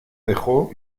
dejó